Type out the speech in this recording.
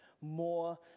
more